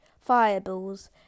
fireballs